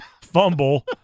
fumble